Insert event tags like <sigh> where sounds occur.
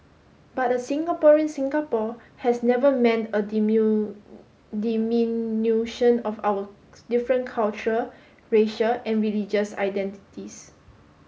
but a Singaporean Singapore has never meant a <unintelligible> diminution of our different culture racial or religious identities